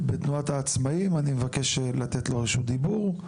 אני מבקש לתת לו רשות דיבור.